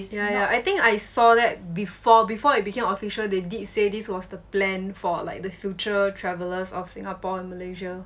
yeah yeah I think I saw that before before it became official they did say this was the plan for like the future travellers of singapore and malaysia